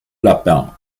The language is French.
lapin